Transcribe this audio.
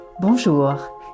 Bonjour